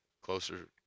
closer